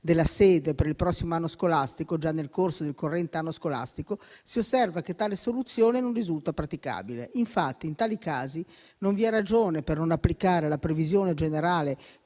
della sede per il prossimo anno scolastico già nel corso del corrente anno scolastico, si osserva che tale soluzione non risulta praticabile. Infatti, in tali casi non vi è ragione per non applicare la previsione generale